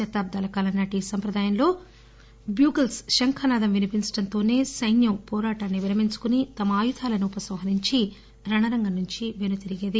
శతాబ్దాల కాలం నాటి ఈ సంప్రదాయంలో బ్యూటికల్ శంఖనాదం వినిపించడంతోసే సైన్యం పోరాటాన్సి విరమించి తమ ఆయుధాలను ఉపసంహరించి రణరంగం నుంచి పెనుతిరిగేది